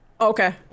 Okay